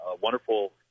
wonderful